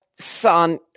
Son